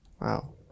Wow